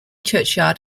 churchyard